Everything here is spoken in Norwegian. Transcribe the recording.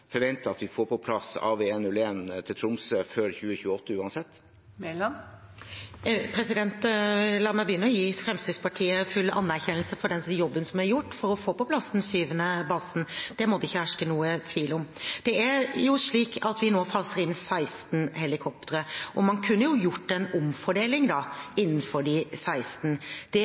vi får på plass AW101 til Tromsø før 2028, uansett? La meg begynne med å gi Fremskrittspartiet full anerkjennelse for den jobben som er gjort for å få på plass den syvende basen. Det må det ikke herske noen tvil om. Det er slik at vi nå faser inn 16 helikoptre, og man kunne gjort en omfordeling i forbindelse med de 16. Det